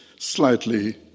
Slightly